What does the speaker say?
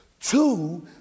Two